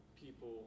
people